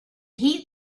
heat